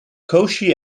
cauchy